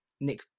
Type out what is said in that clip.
Nick